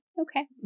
Okay